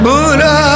Buddha